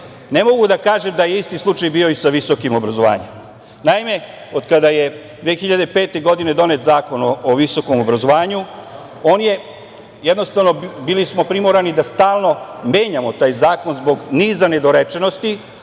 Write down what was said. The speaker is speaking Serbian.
ne mogu da kažem da je isti slučaj bio i sa visokim obrazovanjem. Naime, od kada je 2005. godine donet Zakon o visokom obrazovanju, jednostavno bili smo primorani da stalno menjamo taj zakon zbog niza nedorečenosti